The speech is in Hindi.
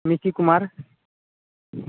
निति कुमार